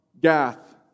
Gath